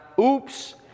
oops